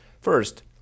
First